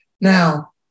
Now